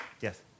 Yes